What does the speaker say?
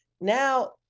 Now